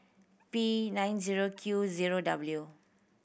P nine zero Q zero W